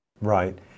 Right